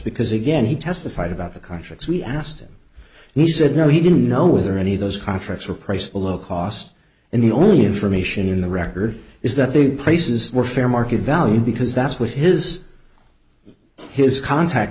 because again he testified about the contracts we asked him and he said no he didn't know whether any of those contracts were price a low cost and the only information in the record is that the prices were fair market value because that's what his his contact